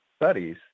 studies